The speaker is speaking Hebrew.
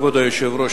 כבוד היושב-ראש,